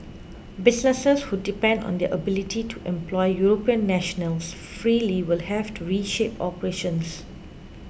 businesses who depend on their ability to employ European nationals freely will have to reshape operations